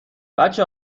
بچه